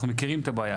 אנחנו מכירים את הבעיה.